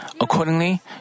accordingly